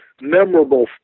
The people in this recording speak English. memorable